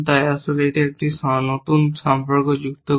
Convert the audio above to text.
তাই আসলে এটি একটি নতুন সম্পর্ক যুক্ত করে